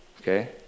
okay